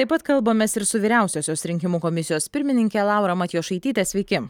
taip pat kalbamės ir su vyriausiosios rinkimų komisijos pirmininke laura matjošaitytė sveiki